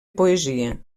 poesia